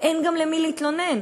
וגם אין למי להתלונן.